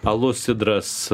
alus sidras